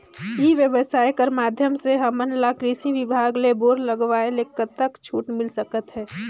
ई व्यवसाय कर माध्यम से हमन ला कृषि विभाग ले बोर लगवाए ले कतका छूट मिल सकत हे?